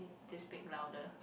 to speak louder